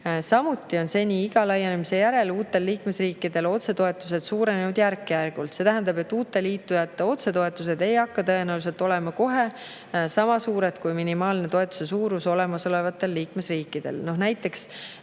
Samuti on seni iga laienemise järel uute liikmesriikide otsetoetused suurenenud järk-järgult. See tähendab, et uute liitujate otsetoetused ei hakka tõenäoliselt olema kohe sama suured, kui on minimaalne toetus olemasolevatele liikmesriikidele. Näiteks